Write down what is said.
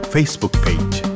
Facebook-page